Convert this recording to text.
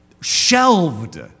shelved